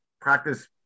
practice